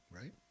right